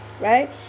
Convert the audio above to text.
right